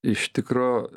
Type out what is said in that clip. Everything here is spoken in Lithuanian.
iš tikro